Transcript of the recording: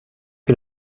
que